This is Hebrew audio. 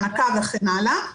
הנקה וכן הלאה,